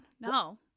no